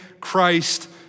Christ